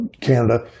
Canada